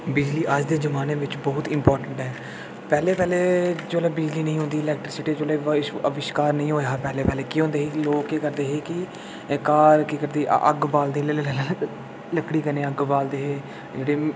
बिजली अज्ज दे जमान्ने बिच बहोत इम्पार्टेंट ऐ पैह्लें पैह्लें जोल्लै बिजली नेईं होंदी ही इलेक्ट्रिसिटी जोल्लै अविष्कार नेईं होए दा हा पैह्लें पैह्लें केह् होंदे हे की लोक केह् करदे हे की घर केह् करदे हे अग्ग बालदे हे लकड़ी कन्नै अग्ग बालदे हे